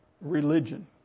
religion